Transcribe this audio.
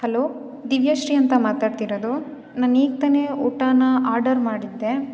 hello Divyashree ಅಂತ ಮಾತಾಡ್ತಿರೋದು ನಾನೀಗ ತಾನೆ ಊಟನ ಆರ್ಡರ್ ಮಾಡಿದ್ದೆ